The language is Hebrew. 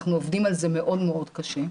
אנחנו עובדים על זה מאוד קשה.